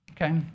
Okay